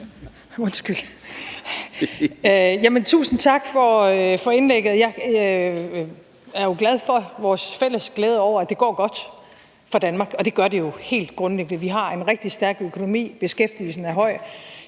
tusind tak for indlægget, og jeg er glad for vores fælles glæde over, at det går godt for Danmark, og det gør det jo helt grundlæggende. Vi har en rigtig stærk økonomi, beskæftigelsen er høj,